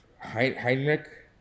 Heinrich